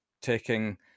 taking